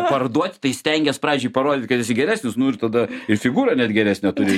parduoti tai stengies pradžioj parodyt kad esi geresnis nu ir tada ir figūrą net geresnę turi